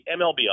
MLB